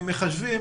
מחשבים.